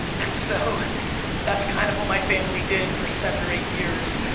and so that's kind of what my family did for seven or eight years.